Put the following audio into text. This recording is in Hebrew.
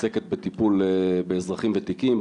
עוסקת בטיפול באזרחים ותיקים,